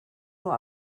nur